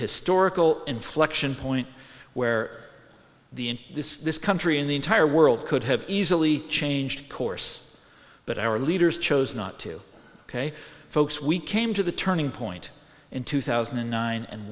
historical inflection point where the in this country in the entire world could have easily changed course but our leaders chose not to ok folks we came to the turning point in two thousand and nine and